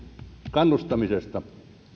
kannustamisesta